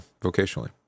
vocationally